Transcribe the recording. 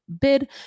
bid